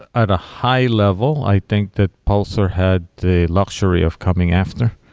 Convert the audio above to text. at a high-level, i think that pulsar had the luxury of coming after.